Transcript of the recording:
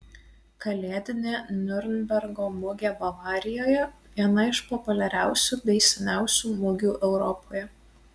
kalėdinė niurnbergo mugė bavarijoje viena iš populiariausių bei seniausių mugių europoje